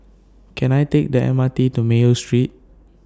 Can I Take The M R T to Mayo Street